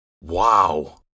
Wow